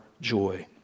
joy